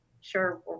sure